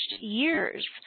years